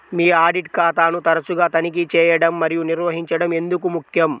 మీ audit ఖాతాను తరచుగా తనిఖీ చేయడం మరియు నిర్వహించడం ఎందుకు ముఖ్యం?